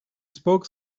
spoke